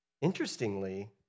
Interestingly